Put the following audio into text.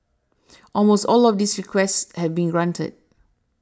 almost all of these requests had been granted